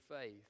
faith